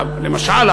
למשל,